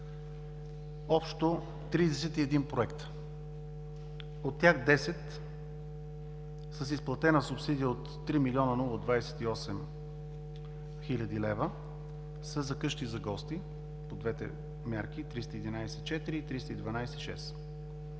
общо 31 проекта. От тях 10 са с изплатена субсидия от 3 млн. 028 хил. лв. за къщи за гости по двете мерки – 311.4 и 312.6.